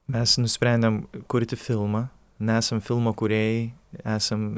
mes nusprendėm kurti filmą nesam filmo kūrėjai esam